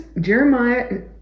Jeremiah